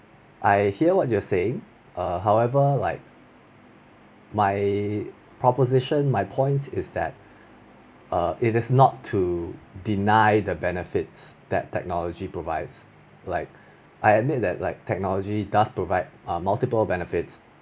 I hear what you saying err however like my proposition my point is that err it is not to deny the benefits that technology provides like I admit that like technology does provide err multiple benefits